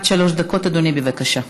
אדוני, בבקשה.